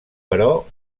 però